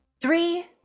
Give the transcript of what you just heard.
Three